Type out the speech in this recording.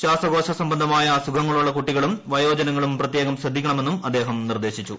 ശ്വാസകോശ സംബന്ധമായ അസുഖങ്ങളുള്ള കൂട്ടികളും വയോജനങ്ങളും പ്രത്യേകം ശ്രദ്ധിക്കണമെന്നും അദ്ദേഹം നിർദ്ദേശിച്ചു